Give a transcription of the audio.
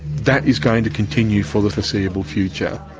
that is going to continue for the foreseeable future.